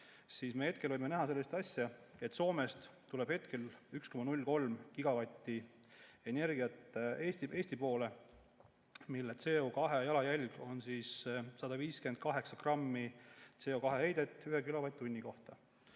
Me hetkel võime näha sellist asja, et Soomest tuleb 1,03 gigavatti energiat Eesti poole, mille CO2‑ jalajälg on 158 grammi CO2heidet ühe kilovatt-tunni kohta.